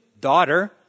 daughter